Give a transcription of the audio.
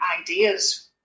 ideas